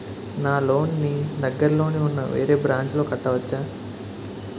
నా లోన్ నీ దగ్గర్లోని ఉన్న వేరే బ్రాంచ్ లో కట్టవచా?